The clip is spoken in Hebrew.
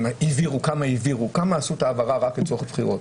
כמה עשו העברה רק לצורך בחירות,